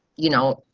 you know,